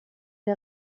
der